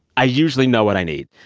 i usually know what i need.